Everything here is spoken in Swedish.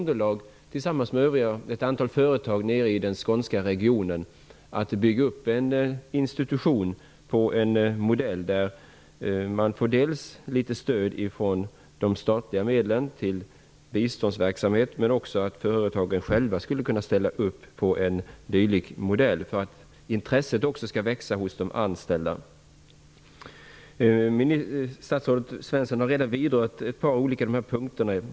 Det finns underlag för att bygga upp en institution tillsammans med ett antal företag i Skåne. Man skulle få litet stöd från de statliga medlen till biståndsverksamhet men företagen själva skulle också kunna ställa upp, så att intresset växer hos de anställda. Statsrådet Svensson har redan vidrört ett par olika punkter.